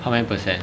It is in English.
how many percent